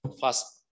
First